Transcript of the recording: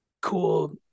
cool